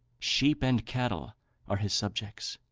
sheep and cattle are his subjects.